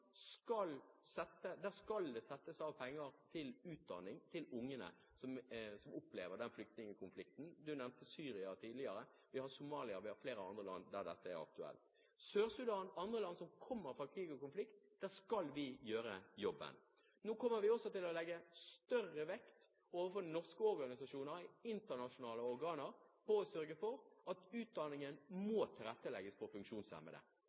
skal settes av penger til utdanning til ungene som opplever flyktningekonflikter. Representanten nevnte Syria, men vi har også Somalia og flere andre land der dette er aktuelt. I Sør-Sudan og andre land som kommer fra krig og konflikt, der skal vi gjøre jobben. Nå kommer vi også til å legge større vekt på overfor norske organisasjoner og internasjonale organer at man sørger for at utdanningen tilrettelegges for funksjonshemmede.